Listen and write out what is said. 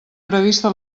prevista